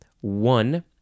One